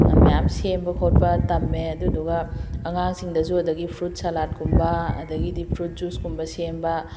ꯃꯌꯥꯝ ꯁꯦꯝꯕ ꯈꯣꯠꯄ ꯇꯝꯃꯦ ꯑꯗꯨꯗꯨꯒ ꯑꯉꯥꯡꯁꯤꯡꯗꯁꯨ ꯑꯗꯨꯗꯒꯤ ꯐ꯭ꯔꯨꯠ ꯁꯥꯂꯠꯀꯨꯝꯕ ꯑꯗꯨꯗꯒꯤꯗꯤ ꯐ꯭ꯔꯨꯠ ꯖꯨꯏꯁꯀꯨꯝꯕ ꯁꯦꯝꯕ